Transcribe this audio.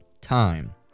time